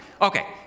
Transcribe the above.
Okay